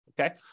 Okay